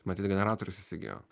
matyt generatorius įsigijo